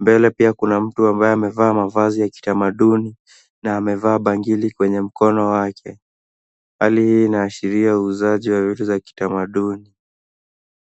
Mbele pia kuna mtu ambaye amevaa mavazi ya kitamaduni na amevaa bangili kwenye mkono wake. Hali hii inaashiria uuzaji wa vitu za kitamaduni.